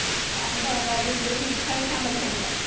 ହଉ ତାହେଲେ ଭଲ ଯିବୁ ଯଦି ମିଠା ମିଠା ଆମ୍ବ ଦେଖି ଆଣିବା